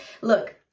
look